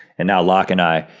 and now locke and i,